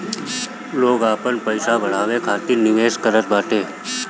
लोग आपन पईसा बढ़ावे खातिर निवेश करत बाटे